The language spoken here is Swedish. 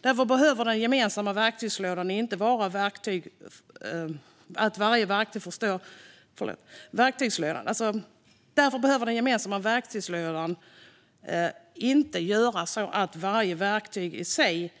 Därför behöver den gemensamma verktygslådan göra så att inte varje verktyg i sig